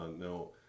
No